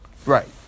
Right